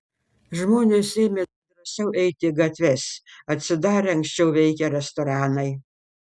žmonės ėmė drąsiau eiti į gatves atsidarė anksčiau veikę restoranai